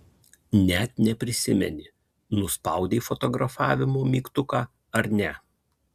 net neprisimeni nuspaudei fotografavimo mygtuką ar ne